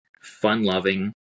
fun-loving